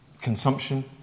consumption